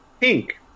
Pink